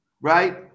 right